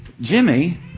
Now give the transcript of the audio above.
Jimmy